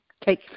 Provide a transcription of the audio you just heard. Take